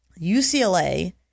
UCLA